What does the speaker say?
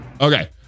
Okay